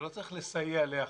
הוא לא צריך לסייע לאחרים,